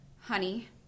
honey